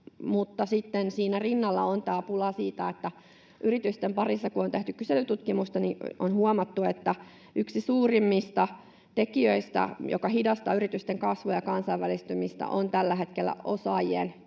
mutta sitten siinä rinnalla on tämä työvoimapula. Kun yritysten parissa on tehty kyselytutkimusta, niin on huomattu, että yksi suurimmista tekijöistä, jotka hidastavat yritysten kasvua ja kansainvälistymistä, on tällä hetkellä osaajien ja